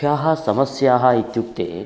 मुख्याः समस्याः इत्युक्ते